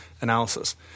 analysis